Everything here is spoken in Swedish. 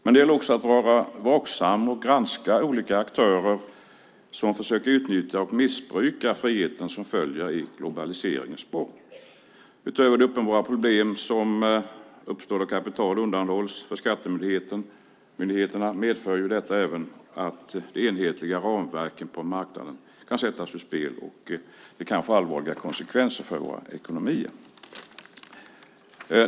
Men det gäller att vara vaksam och granska olika aktörer som försöker utnyttja och missbruka den frihet som följer i globaliseringens spår. Utöver det uppenbara problem som uppstår då kapital undanhålls för skattemyndigheterna medför detta att de enhetliga ramverken på marknaden kan sättas ur spel. Det kan få allvarliga konsekvenser för våra ekonomier.